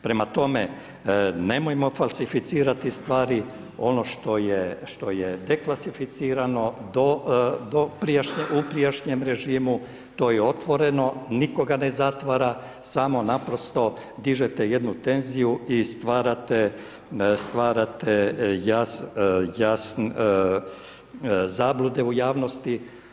Prema tome, nemojmo falsificirati stvari, ono što je deklasificirano u prijašnjem režimu to je otvoreno, niko ga ne zatvara, samo naprosto dižete jednu tenziju i stvarate zablude u javnosti.